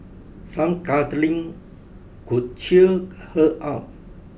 some cuddling could cheer her up